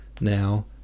now